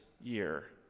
year